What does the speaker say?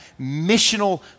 missional